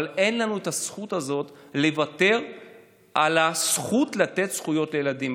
אבל אין לנו את הזכות הזאת לוותר על הזכות לתת זכויות לילדים.